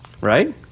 right